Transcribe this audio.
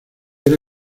era